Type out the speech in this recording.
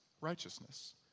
righteousness